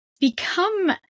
Become